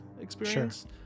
experience